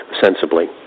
sensibly